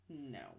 No